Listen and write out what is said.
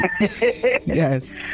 yes